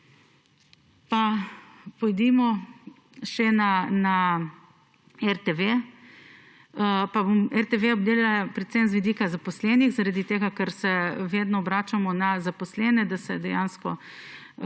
Pa pojdimo še na RTV. Pa bom RTV obdelala predvsem z vidika zaposlenih, ker se vedno obračamo na zaposlene, da se dejansko